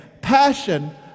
Passion